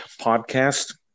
podcast